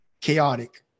chaotic